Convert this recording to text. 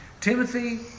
Timothy